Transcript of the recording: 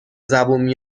زبون